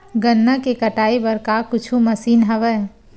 गन्ना के कटाई बर का कुछु मशीन हवय?